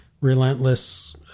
relentless